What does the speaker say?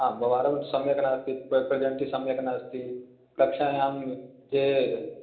हा व्यवहारं सम्यक् नास्ति रेप्रेसेण्ट् सम्यक् नास्ति कक्षायां ये